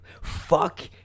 Fuck